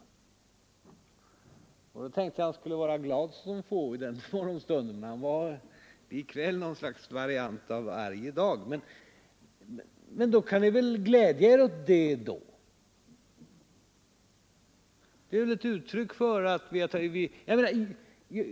Jag tänkte att han skulle vara glad såsom få i den morgonstunden, men han var likväl något slags variant av ”arg i dag”. Ni kan väl ändå glädja er åt detta.